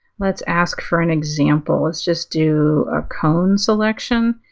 let's ask, for an example, let's just do a cone selection,